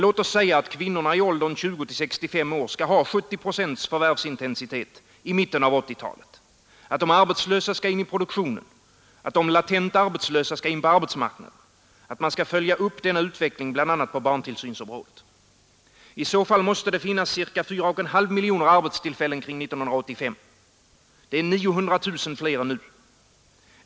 Låt oss säga att kvinnorna i åldern 20—65 år skall ha 70 procent förvärvsintensitet i mitten av 1980-talet, att de arbetslösa skall in i produktionen, att de latent arbetslösa skall ut på arbetsmarknaden och att man skall följa upp denna utveckling, bl.a. på barntillsynsområdet. I så fall måste det finnas ca 4,5 miljoner arbetstillfällen omkring år 1985. Det är 900 000 fler än nu.